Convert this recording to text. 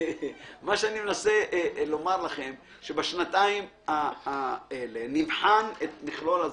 אני מנסה לומר לכם שבשנתיים האלה נבחן את המכלול.